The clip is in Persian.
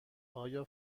آیا